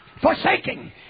forsaking